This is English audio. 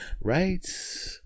right